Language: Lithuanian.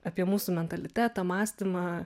apie mūsų mentalitetą mąstymą